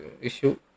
issue